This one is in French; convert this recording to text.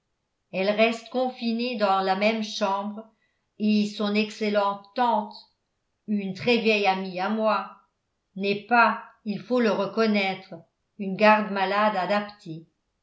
elle reste confinée dans la même chambre et son excellente tante une très vieille amie à moi n'est pas il faut le reconnaître une garde-malade adaptée